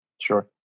Sure